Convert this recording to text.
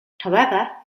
however